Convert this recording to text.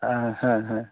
ᱦᱮᱸ ᱦᱮᱸ